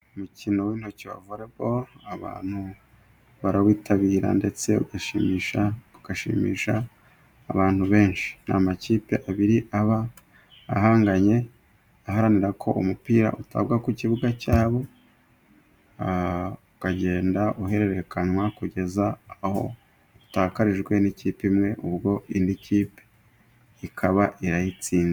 Umukino w'intoki wa volebolo abantu barawitabira ndetse ugashimisha ugashimisha abantu benshi, ni amakipe abiri aba ahanganye aharanirako umupira utagwa ku kibuga cyabo, ukagenda uhererekanwa kugeza aho utakarijwe n'ikipe imwe ubwo indi kipe ikaba irayitsinze.